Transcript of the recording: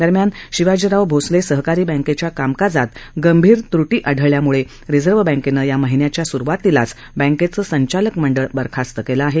दरम्यान शिवाजीराव भोसले सहकारी बँकेच्या कामकाजात गंभीर त्रटी आढळल्यामुळे रिझर्व्ह बँकेनं या महिन्याच्या सुरुवातीलाच बँकेचं संचालक मंडळ बरखास्त केलं आहे